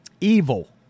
Evil